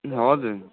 हजुर